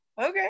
Okay